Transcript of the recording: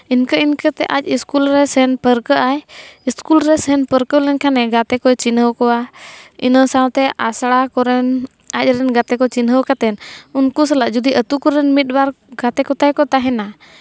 ᱤᱱᱠᱟᱹ ᱤᱱᱠᱟᱹᱛᱮ ᱟᱡ ᱥᱠᱩᱞ ᱨᱮ ᱥᱮᱱ ᱯᱟᱹᱨᱠᱟᱹᱜᱼᱟᱭ ᱥᱠᱩᱞ ᱨᱮ ᱥᱮᱱ ᱯᱟᱹᱨᱠᱟᱹᱜᱼᱟᱭ ᱥᱠᱩᱞ ᱨᱮ ᱥᱮᱱ ᱯᱟᱹᱨᱠᱟᱹᱣ ᱞᱮᱱᱠᱷᱟᱱᱮ ᱜᱟᱛᱮ ᱠᱚᱭ ᱪᱤᱱᱦᱟᱹᱣ ᱠᱚᱣᱟ ᱤᱱᱟᱹ ᱥᱟᱶᱛᱮ ᱟᱥᱲᱟ ᱠᱚᱨᱮᱱ ᱟᱡᱨᱮᱱ ᱜᱟᱛᱮ ᱠᱚ ᱪᱤᱱᱦᱟᱹᱣ ᱠᱟᱛᱮᱫ ᱩᱱᱠᱩ ᱥᱟᱞᱟᱜ ᱡᱩᱫᱤ ᱟᱹᱛᱩ ᱠᱚᱨᱮᱱ ᱢᱤᱫ ᱵᱟᱨ ᱜᱟᱛᱮ ᱠᱚ ᱛᱟᱭ ᱛᱟᱦᱮᱱᱟ